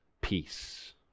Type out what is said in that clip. peace